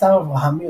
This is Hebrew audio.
סתו אברהמי,